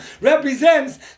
represents